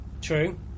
True